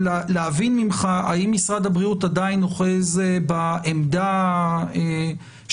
להבין ממך האם משרד הבריאות עדיין אוחז בעמדה שקיים